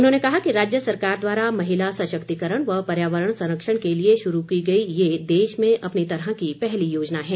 उन्होंने कहा कि राज्य सरकार द्वारा महिला सशक्तिकरण व पर्यावरण संरक्षण के लिए शुरू की गई ये देश में अपनी तरह की पहली योजना है